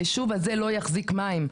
היישוב הזה לא יחזיק מים?